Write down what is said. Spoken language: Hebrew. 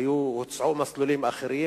הוצעו מסלולים אחרים.